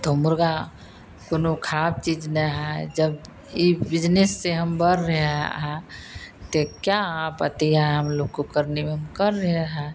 तो मुर्ग़ा कोनो क़हराब चीज़ नहीं है जब ई बिजनेस से हम बढ़ रहे अ हैं तो क्या आपत्ति है हम लोग को करने में हम कर रहे हैं